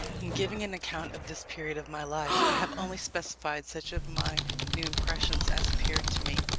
in giving an account of this period of my life, i have only specified such of my new impressions as appeared to me,